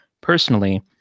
Personally